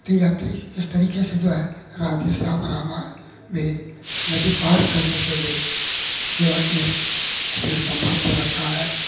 यात्री इस तरीके से जो है राधेश्याम रामायण में नदी पार करने के लिए केवट ने अपने सम्वाद को रखा है